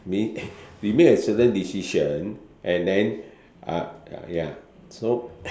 we we make a certain decision and then uh ya so